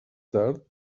tard